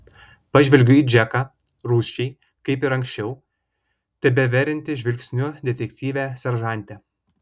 pažvelgiu į džeką rūsčiai kaip ir anksčiau tebeveriantį žvilgsniu detektyvę seržantę